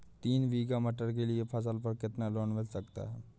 तीन बीघा मटर के लिए फसल पर कितना लोन मिल सकता है?